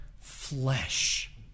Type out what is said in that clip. flesh